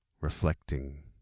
Reflecting